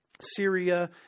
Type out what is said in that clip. Syria